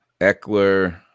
Eckler